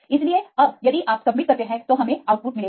इसलिए अब यदि आप सबमिट करते हैं तो हमें आउटपुट मिलेगा